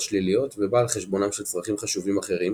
שליליות ובאה על חשבונם של צרכים חשובים אחרים,